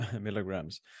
milligrams